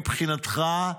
מבחינתך,